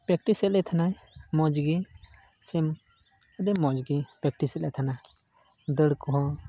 practice ᱞᱮ ᱛᱟᱦᱮᱱᱟᱭ ᱢᱚᱡᱽᱜᱮ ᱥᱮ ᱟᱹᱰᱤ ᱢᱚᱡᱽᱜᱮ ᱯᱨᱮᱠᱴᱤᱥᱮᱫ ᱞᱮ ᱛᱟᱦᱮᱱᱟᱭ ᱫᱟᱹᱲ ᱠᱚᱦᱚᱸ